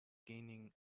being